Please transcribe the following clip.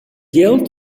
jild